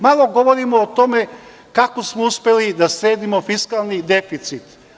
Malo govorimo o tome kako smo uspeli da sredimo fiskalni deficit.